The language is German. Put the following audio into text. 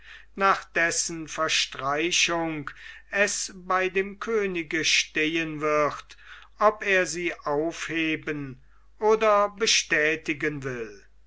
nach dessen verstreichung es bei dem könige stehen wird ob er sie aufheben oder bestätigen will